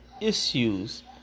issues